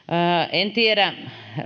en tiedä